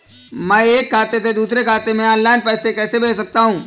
मैं एक खाते से दूसरे खाते में ऑनलाइन पैसे कैसे भेज सकता हूँ?